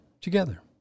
together